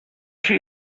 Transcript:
she